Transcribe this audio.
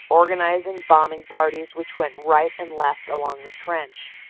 organizing bombing parties, which went right and left along the trench.